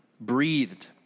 breathed